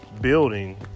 building